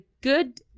good